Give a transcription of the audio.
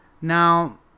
now